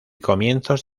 comienzos